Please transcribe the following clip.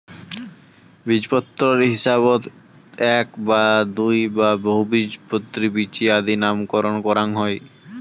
বীজপত্রর হিসাবত এ্যাক, দুই বা বহুবীজপত্রী বীচি আদি নামকরণ করাং হই